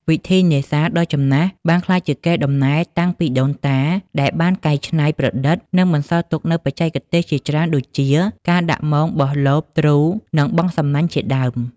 វិធីនេសាទដ៏ចំណាស់បានក្លាយជាកេរដំណែលតាំងពីដូនតា ដែលបានច្នៃប្រឌិត និងបន្សល់ទុកនូវបច្ចេកទេសជាច្រើនដូចជា ការដាក់មង បោះលប ទ្រូ និងបង់សំណាញ់ជាដើម។